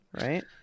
right